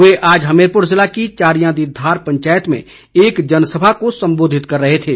वे आज हमीरपुर जिले की चारियां दी धार पंचायत में एक जनसभा को संबोधित कर रहे थे